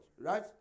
Right